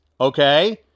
okay